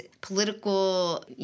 political